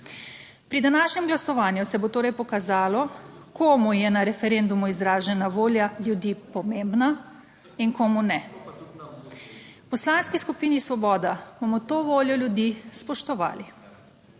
Pri današnjem glasovanju se bo torej pokazalo, komu je na referendumu izražena volja ljudi pomembna in komu ne. V Poslanski skupini Svoboda bomo to voljo ljudi spoštovali.